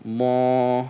more